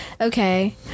okay